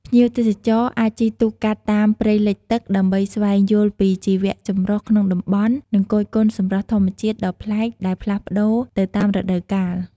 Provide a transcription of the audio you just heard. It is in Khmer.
ភ្ញៀវទេសចរអាចជិះទូកកាត់តាមព្រៃលិចទឹក ដើម្បីស្វែងយល់ពីជីវៈចម្រុះក្នុងតំបន់ និងគយគន់សម្រស់ធម្មជាតិដ៏ប្លែកដែលផ្លាស់ប្តូរទៅតាមរដូវកាល។